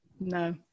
No